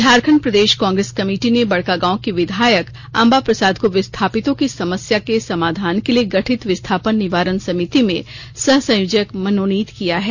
झारखंड प्रदेश Congress committee ने बड़कागांव की विधायक अंबा प्रसाद को विस्थापितों की समस्या के समाधान के लिए गठित विस्थापन निवारण समिति में सह संयोजक मनोनीत किया है